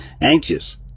Anxious